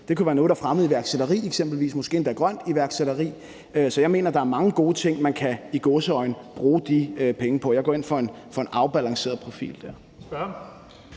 eksempelvis være noget, der fremmer iværksætteri og måske endda grønt iværksætteri. Så jeg mener, der er mange gode ting, man kan – i gåseøjne – bruge de penge på. Jeg går ind for en afbalanceret profil.